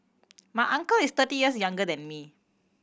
my uncle is thirty years younger than me